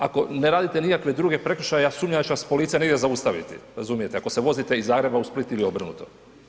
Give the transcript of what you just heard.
Ako ne radite nikakve druge prekršaje ja sumnjam da će vas policija negdje zaustaviti razumijete ako se vozite iz Zagreba u Split ili obrnuto.